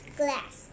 glass